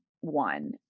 one